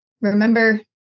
Remember